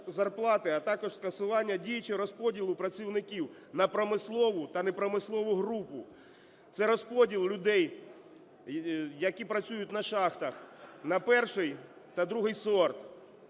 а також скасування діючого розподілу працівників на промислову та непромислову групу. Це розподіл людей, які працюють на шахтах, на перший та другий сорт.